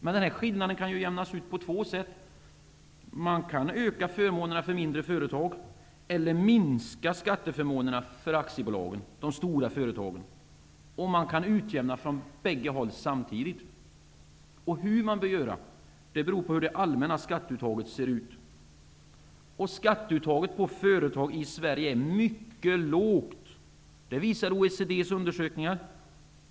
Men skillnaden kan jämnas ut på flera sätt: Man kan öka förmånerna för mindre företag, minska skatteförmånerna för aktiebolag eller utjämna från bägge håll samtidigt. Hur man bör göra beror på hur det allmänna skatteuttaget ser ut. Skatteuttaget på företag i Sverige är mycket lågt. Det visar OECD:s undersökningar.